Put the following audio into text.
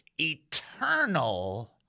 eternal